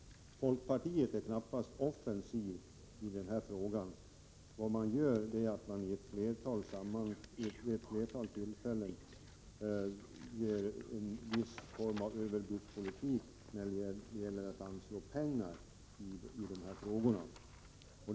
Folkpartiet är knappast offensivt i frågan, utan har vid ett flertal tillfällen ägnat sig åt en viss form av överbudspolitik när det gällt att anslå pengar för dessa ändamål.